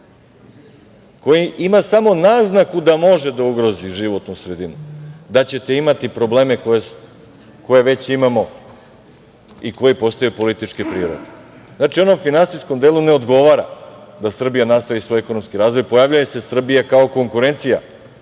koji ima samo naznaku da može da ugrozi životnu sredinu, da ćete imati probleme koje već imamo i koji postaju političke prirode. Znači, onom finansijskom delu ne odgovara da Srbija nastavi svoj ekonomski razvoj, pojavljuje se Srbija kao konkurencija